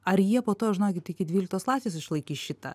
ar jie po to žinokit iki dvyliktos klasės išlaikys šitą